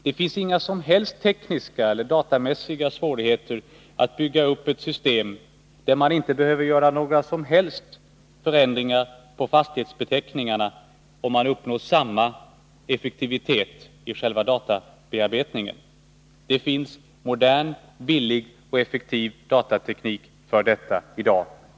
Det finns inga som helst tekniska eller datamässiga svårigheter att bygga upp ett system, där man inte behöver göra några som helst förändringar av fastighetsförteckningarna men ändå uppnår samma effektivitet i själva databearbetningen. Det finns modern, billig och effektiv datateknik för detta i dag.